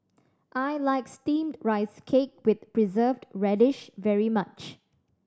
I like Steamed Rice Cake with Preserved Radish very much